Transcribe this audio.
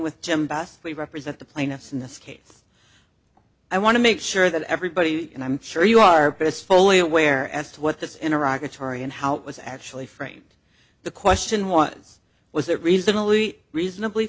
with jim best leave represent the plaintiffs in this case i want to make sure that everybody and i'm sure you are this fully aware as to what this in iraq acharya and how it was actually framed the question was was it reasonably reasonably